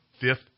fifth